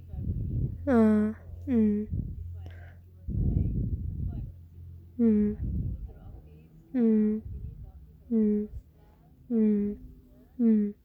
uh mm mm mm mm mm mm